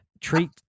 treat